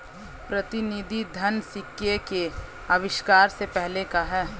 प्रतिनिधि धन सिक्के के आविष्कार से पहले का है